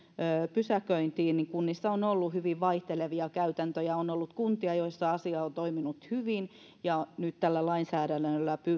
pysäköintiin niin kunnissa on ollut hyvin vaihtelevia käytäntöjä on ollut kuntia joissa asia on toiminut hyvin ja nyt tällä lainsäädännöllä